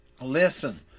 listen